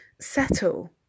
settle